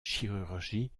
chirurgie